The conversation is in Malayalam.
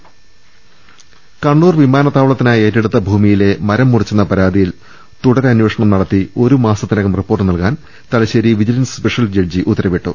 രുട്ടിട്ട്ട്ട്ട്ട്ട കണ്ണൂർ വിമാനത്താവളത്തിനായി ഏറ്റെടുത്ത ഭൂമിയിലെ മരംമുറിച്ചെന്ന പരാതിയിൽ തുടരമ്പേഷണം നടത്തി ഒരുമാസത്തിനകം റിപ്പോർട്ട് നൽകാൻ തലശ്ശേരി വിജിലൻസ് സ്പെഷ്യൽ ജഡ്ജി ഉത്തരവിട്ടു